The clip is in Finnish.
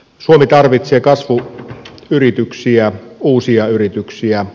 suomi tarvitsee kasvuyrityksiä uusia yrityksiä